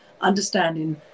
understanding